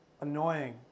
annoying